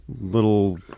little